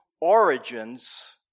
origins